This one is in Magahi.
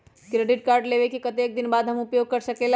क्रेडिट कार्ड लेबे के कतेक दिन बाद हम उपयोग कर सकेला?